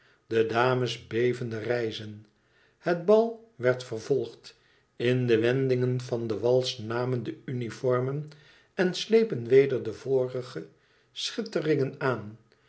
de dames bevende rijzen het bal werd vervolgd in de wendingen van den wals namen de uniformen en slepen weder de vorige schitteringen aan